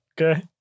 Okay